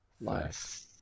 Life